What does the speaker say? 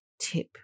tip